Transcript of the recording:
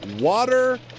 water